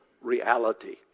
reality